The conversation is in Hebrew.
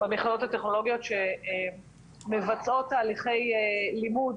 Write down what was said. במכללות הטכנולוגיות שמבצעות תהליכי לימוד